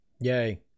Yay